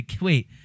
Wait